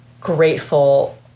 grateful